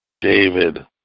David